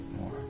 more